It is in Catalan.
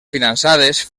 finançades